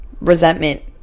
resentment